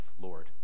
Lord